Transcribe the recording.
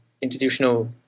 institutional